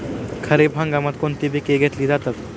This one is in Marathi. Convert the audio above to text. खरीप हंगामात कोणती पिके घेतली जातात?